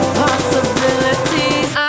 possibilities